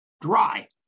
dry